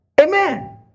Amen